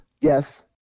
Yes